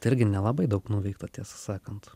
tai irgi nelabai daug nuveikta tiesą sakant